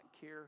care